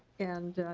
and